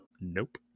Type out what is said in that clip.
Nope